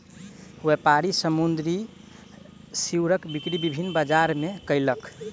व्यापारी समुद्री सीवरक बिक्री विभिन्न बजार मे कयलक